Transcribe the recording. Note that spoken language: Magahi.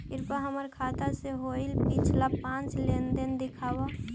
कृपा हमर खाता से होईल पिछला पाँच लेनदेन दिखाव